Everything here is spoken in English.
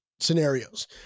Scenarios